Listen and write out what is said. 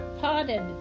potted